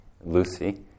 Lucy